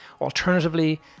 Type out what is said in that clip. alternatively